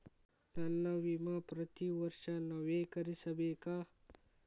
ನನ್ನ ವಿಮಾ ಪ್ರತಿ ವರ್ಷಾ ನವೇಕರಿಸಬೇಕಾ?